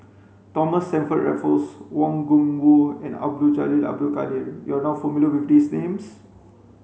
Thomas Stamford Raffles Wang Gungwu and Abdul Jalil Abdul Kadir you are not familiar with these names